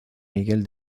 miguel